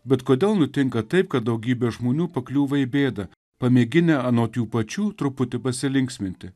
bet kodėl nutinka taip kad daugybė žmonių pakliūva į bėdą pamėginę anot jų pačių truputį pasilinksminti